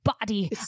body